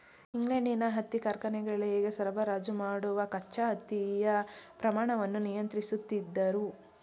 ಇಂಗ್ಲೆಂಡಿನ ಹತ್ತಿ ಕಾರ್ಖಾನೆಗಳಿಗೆ ಸರಬರಾಜು ಮಾಡುವ ಕಚ್ಚಾ ಹತ್ತಿಯ ಪ್ರಮಾಣವನ್ನು ನಿಯಂತ್ರಿಸುತ್ತಿದ್ದವು